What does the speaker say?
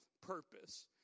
purpose